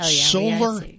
Solar